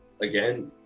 again